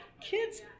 Kids